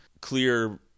clear